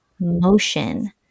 motion